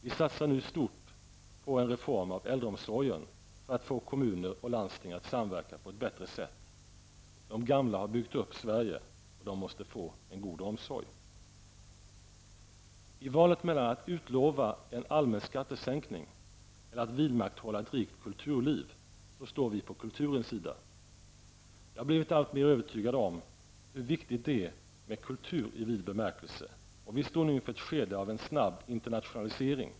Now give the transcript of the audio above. Vi satsar nu stort på en reform inom äldreomsorgen för att få kommuner och landsting att samverka på ett bättre sätt. De gamla har byggt upp Sverige, och de måste få en god omsorg. I valet mellan att utlova en allmän skattesänkning eller att vidmakthålla ett rikt kulturliv, står vi på kulturens sida. Jag har blivit alltmer övertygad om hur viktigt det är med kultur i vid bemärkelse. Vi står nu inför ett skede av snabb internationalisering.